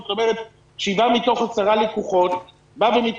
זאת אומרת שבעה מתוך עשרה לקוחות שמתלוננים.